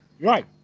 Right